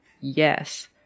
yes